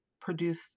produce